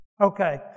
Okay